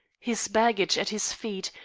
his baggage at his feet,